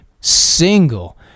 single